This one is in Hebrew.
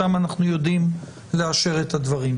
שם אנחנו יודעים לאשר את הדברים.